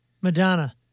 Madonna